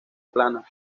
plana